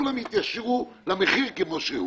כולם התיישרו למחיר כמות שהוא.